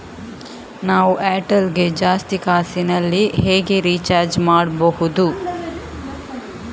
ನಾವು ಏರ್ಟೆಲ್ ಗೆ ಜಾಸ್ತಿ ಕಾಸಿನಲಿ ಹೇಗೆ ರಿಚಾರ್ಜ್ ಮಾಡ್ಬಾಹುದು?